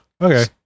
okay